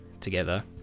together